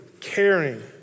caring